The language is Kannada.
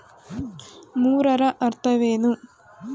ಮೂರರ ಅರ್ಥವೇನು?